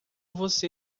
você